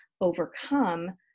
overcome